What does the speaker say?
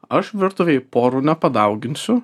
aš virtuvėj porų nepadauginsiu